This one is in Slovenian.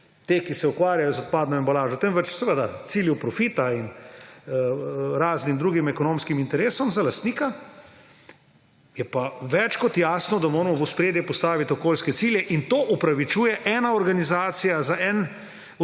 ti, ki se ukvarjajo z odpadno embalažo, temveč seveda cilju profita in raznim drugim ekonomskim interesom za lastnika, je pa več kot jasno, da moramo v ospredje postaviti okoljske cilje. In to opravičuje eno organizacijo za en